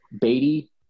Beatty